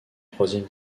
troisième